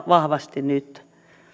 vahvasti nyt